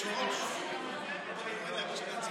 התש"ף 2020,